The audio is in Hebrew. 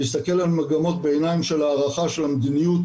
להסתכל על מגמות ביניים של הערכה של המדיניות,